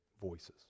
voices